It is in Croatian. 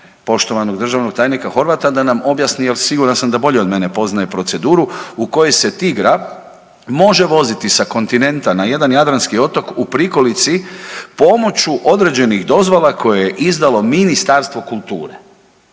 poštovanog državnog tajnika Horvata da nam objasni jel siguran sam da bolje od mene poznaje proceduru u kojoj se tigra može voziti sa kontinenta na jedan jadranski otok u prikolici pomoću određenih dozvola koje je izdalo Ministarstvo kulture.